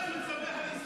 אדוני היושב-ראש,